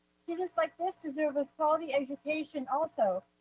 students like this deserve a quality education, also.